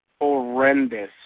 horrendous